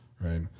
Right